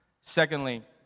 Secondly